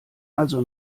also